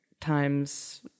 Times